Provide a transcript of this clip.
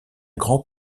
grand